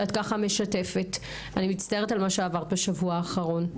אני מצטערת על מה שעברת בשבוע האחרון.